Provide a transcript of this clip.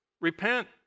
repent